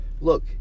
Look